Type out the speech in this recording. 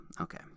Okay